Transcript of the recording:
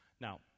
Now